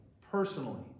personally